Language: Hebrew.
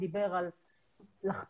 להיזהר לא להנציח את הסטטוס הזה ולא להפוך